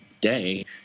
day